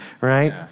right